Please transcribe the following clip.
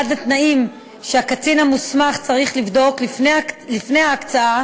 אחד התנאים שהקצין המוסמך צריך לבדוק לפי הקצאה